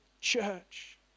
church